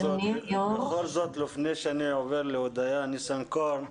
בכל זאת לפני שאני עובר להודיה ניסנקורן.